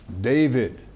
David